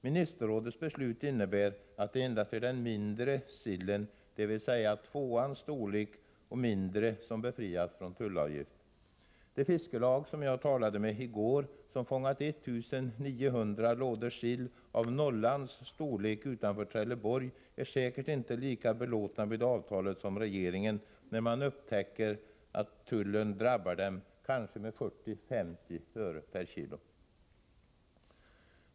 Ministerrådets beslut innebär att det endast är den mindre sillen, dvs. sill av tvåans storlek och mindre, som befriats från tullavgift. Det fiskelag som jag talade med i går och som fångat 1 900 lådor sill av nollans storlek utanför Trelleborg, är säkert inte lika belåtet med avtalet som regeringen, när dess medlemmar upptäcker att tullen drabbar dem med kanske 40-50 öre per kg.